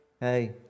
hey